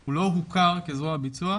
הוא לא הוכר כזרוע ביצוע.